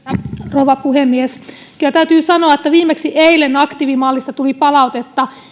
rouva puhemies kyllä täytyy sanoa että viimeksi eilen aktiivimallista tuli palautetta